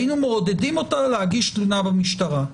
היינו מעודדים אותה להגיש תלונה במשטרה,